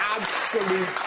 absolute